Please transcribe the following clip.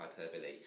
hyperbole